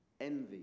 envy